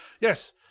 Yes